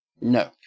No